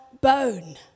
bone